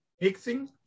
mixing